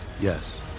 Yes